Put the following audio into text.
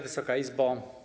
Wysoka Izbo!